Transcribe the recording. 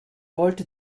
wollte